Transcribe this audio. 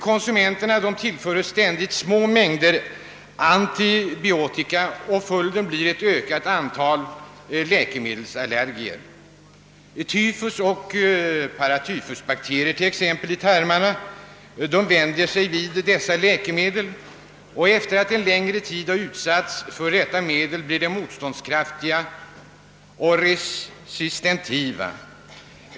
Konsumenterna tillföres ständigt små mängder antibiotika och följden blir ett ökat antal läkemedelsallergier. Tyfuseller paratyfusbakterier i tarmarna vänjer sig sålunda vid dessa läkemedel, och efter att ha utsatts en längre tid för antibiotika blir bakterierna motståndskraftiga, resistenta.